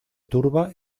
turba